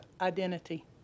identity